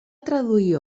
traduir